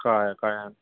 कळ्ळें कळ्ळें